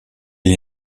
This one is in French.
n’y